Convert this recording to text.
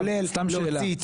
סתם שאלה.